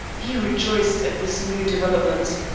he rejoiced at this new development.